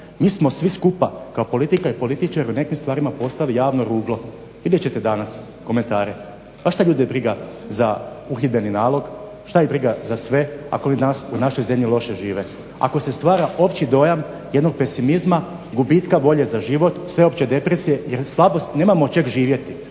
Mi smo svi skupa kao politika i političari u nekim stvarima postali javno ruglo. Vidjet ćete danas komentare. Baš te ljude briga za uhidbeni nalog, šta ih briga za sve ako li danas u našoj zemlji loše žive. Ako se stvara opći dojam jednog pesimizma gubitka volje za život, sveopće depresije jer slabost nemamo od čega živjeti.